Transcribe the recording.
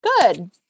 good